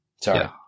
Sorry